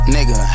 Nigga